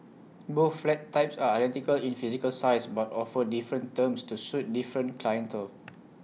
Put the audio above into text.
both flat types are identical in physical size but offer different terms to suit different clientele